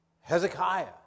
Hezekiah